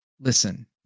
Listen